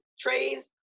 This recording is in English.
trays